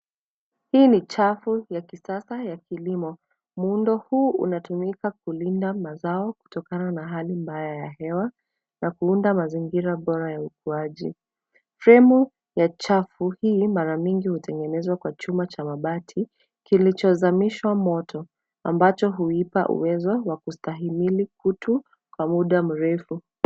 Hii ni chafu ya kisasa ya kilimo. Muundo huu unatumika kulinda mazao kutokana na hali mbaya ya hewa na kuunda mazingira bora ya ukuaji. Fremu ya chafu hii mara mingi hutengenezwa kwa chuma cha mabati kilichozamishwa moto ambacho huipa uwezo wa kustahimili kutu kwa muda mrefu.